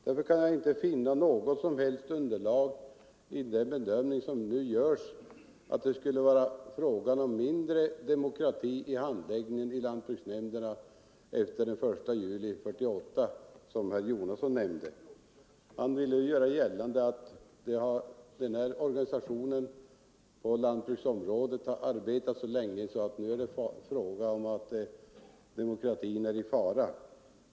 Jag kan därför inte finna något som helst underlag för den bedömning som nu görs, nämligen att det skulle vara mindre demokrati i handläggningen efter den 1 juli 1948 då lantbruksnämnderna, som herr Jonasson nämnde inrättades. Han ville göra gällande att organisationen på lantbrukets område har arbetat så länge att det nu är fråga om att demokratin är i fara.